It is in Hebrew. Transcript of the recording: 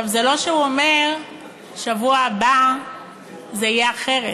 זה לא שהוא אומר שבשבוע הבא יהיה אחרת,